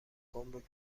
گمرگ